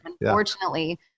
unfortunately